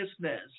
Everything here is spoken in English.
business